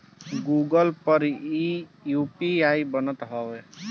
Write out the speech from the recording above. Google Pay पर इ UPI बनत हअ